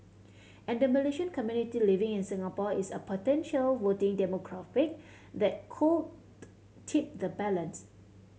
and the Malaysian community living in Singapore is a potential voting demographic that could tip the balance